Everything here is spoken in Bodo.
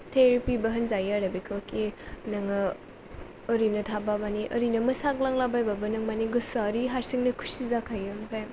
थेरेपिबो होनजायो आरो बेखौखि नोङो ओरैनो थाबा माने ओरैनो मोसाग्लांबायबाबो गोसोआ माने हारसिंनो खुसि जाखायो ओमफाय